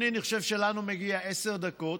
אדוני, אני חושב שלנו מגיעות עשר דקות,